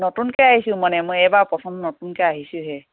নতুনকৈ আহিছোঁ মানে মই এইবাৰ প্ৰথম নতুনকৈ আহিছোঁহে